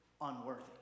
unworthy